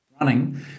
running